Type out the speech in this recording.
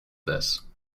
this